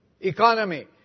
economy